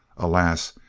alas,